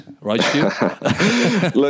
right